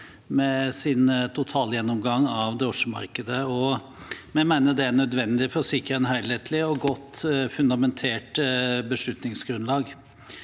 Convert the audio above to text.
med sin totalgjennomgang av drosjemarkedet. Vi mener det er nødvendig for å sikre et helhetlig og godt fundamentert beslutningsgrunnlag.